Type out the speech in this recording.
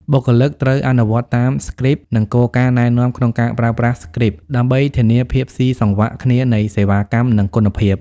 បុគ្គលិក ត្រូវអនុវត្តតាម Scripts និងគោលការណ៍ណែនាំក្នុងការប្រើប្រាស់ Scripts ដើម្បីធានាភាពស៊ីសង្វាក់គ្នានៃសេវាកម្ម និងគុណភាព។